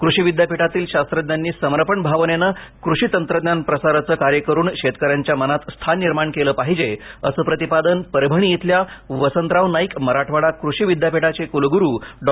कृषी विद्यापीठातील शास्त्रज्ञांनी समर्पण भावनेने कृषी तंत्रज्ञान प्रसाराचे कार्य करून शेतकर्यां च्या मनात स्थान निर्माण केले पाहिजे असे प्रतिपादन परभणी इथल्या वसंतराव नाईक मराठवाडा कृषी विद्यापीठाचे कुलगुरु डॉ